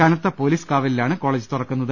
കനത്ത പൊലീസ് കാവലിലാണ് കോളേജ് തുറക്കുന്നത്